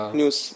news